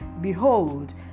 Behold